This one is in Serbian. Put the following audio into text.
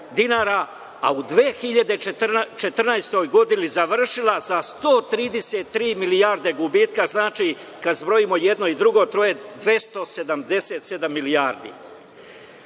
a u 2014. godini završila sa 133 milijarde gubitka. Znači, kada zbrojimo jedno i drugo, to je 277 milijardi.